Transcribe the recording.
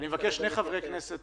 אסגור את זה